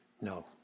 No